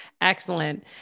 Excellent